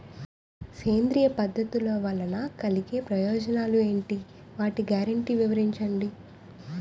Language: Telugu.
సేంద్రీయ పద్ధతుల వలన కలిగే ప్రయోజనాలు ఎంటి? వాటి గ్యారంటీ వివరించండి?